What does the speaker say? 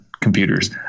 computers